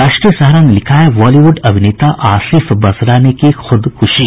राष्ट्रीय सहारा ने लिखा है बॉलीवुड अभिनेता आसिफ बसरा ने की खुदकुशी